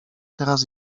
teraz